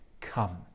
come